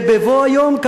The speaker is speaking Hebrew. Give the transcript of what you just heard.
ובבוא היום,